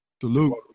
Salute